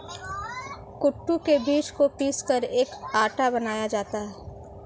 कूटू के बीज को पीसकर एक आटा बनाया जाता है